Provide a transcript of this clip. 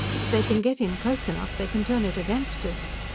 if they can get in close enough, they can turn it against us!